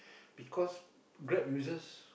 because grab users